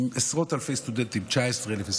עם עשרות אלפי סטודנטים, 19,000, 23,000,